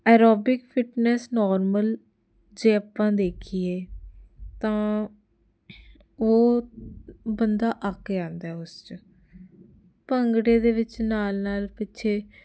aerobic fitness normal ਜੇ ਆਪਾਂ ਦੇਖੀਏ ਤਾਂ ਉਹ ਬੰਦਾ ਅੱਗੇ ਆਉਂਦਾ ਉਸ 'ਚ ਭੰਗੜੇ ਦੇ ਨਾਲ ਨਾਲ ਪਿੱਛੇ